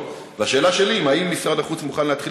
השאלה שלי: האם משרד החוץ מוכן להתחיל